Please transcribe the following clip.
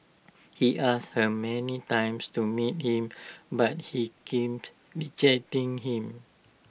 he asked her many times to meet him but he kept rejecting him